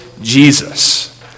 Jesus